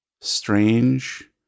strange